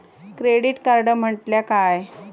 Credit card म्हटल्या काय?